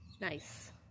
Nice